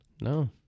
No